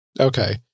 Okay